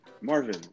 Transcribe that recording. Marvin